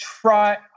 try